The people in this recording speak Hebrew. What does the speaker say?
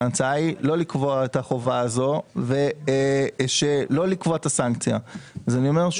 ההצעה היא לא לקבוע את החובה ואת הסנקציה הזו.